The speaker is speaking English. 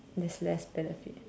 there's less benefit